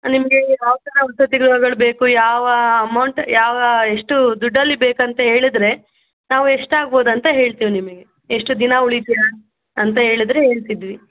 ನಿಮಗೆ ಯಾವ ಥರ ವಸತಿಗೃಹಗಳು ಬೇಕು ಯಾವ ಅಮೌಂಟ್ ಯಾವ ಎಷ್ಟು ದುಡ್ಡಲ್ಲಿ ಬೇಕಂತ ಹೇಳಿದ್ರೆ ನಾವು ಎಷ್ಟಾಗ್ಬೌದು ಅಂತ ಹೇಳ್ತೀವಿ ನಿಮಗೆ ಎಷ್ಟು ದಿನ ಉಳಿತೀರ ಅಂತ ಹೇಳಿದ್ರೆ ಹೇಳ್ತಿದ್ವಿ